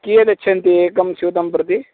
कियत् यच्छन्ति एकं स्यूतं प्रति